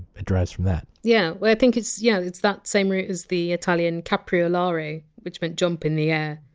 derives from that. yeah. well, i think it's yeah it's that same root as the italian! capriolare, which meant! jump in the air,